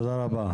תודה רבה.